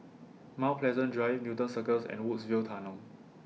Mount Pleasant Drive Newton Circus and Woodsville Tunnel